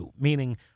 meaning